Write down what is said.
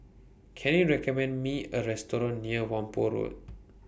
Can YOU recommend Me A Restaurant near Whampoa Road